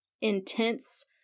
intense